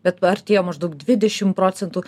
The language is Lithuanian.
bet artėjo maždaug dvidešimt procentų